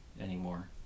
anymore